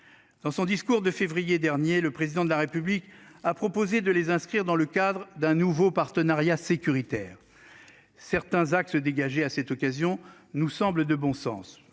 Dans son discours de février dernier, le président de la République a proposé de les inscrire dans le cadre d'un nouveau partenariat sécuritaire. Certains axes dégagés à cette occasion nous semble de bon sens